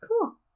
Cool